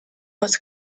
was